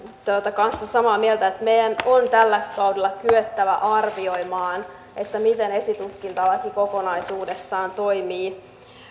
kanssa samaa mieltä siitä että meidän on tällä kaudella kyettävä arvioimaan miten esitutkintalaki kokonaisuudessaan toimii